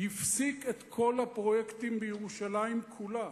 הפסיק את הפרויקטים בירושלים כולה